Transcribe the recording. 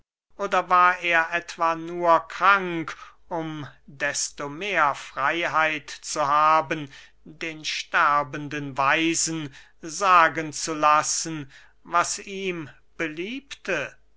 oder war er etwa nur krank um desto mehr freyheit zu haben den sterbenden weisen sagen zu lassen was ihm beliebte